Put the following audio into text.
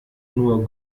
nur